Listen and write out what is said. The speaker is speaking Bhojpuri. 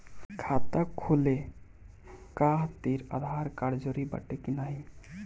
खाता खोले काहतिर आधार कार्ड जरूरी बाटे कि नाहीं?